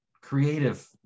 creative